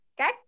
okay